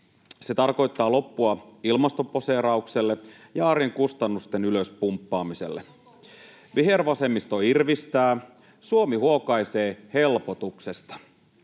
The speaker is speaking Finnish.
Se tarkoittaa loppua ilmastoposeeraukselle ja arjen kustannusten ylös pumppaamiselle. Vihervasemmisto irvistää, Suomi huokaisee helpotuksesta.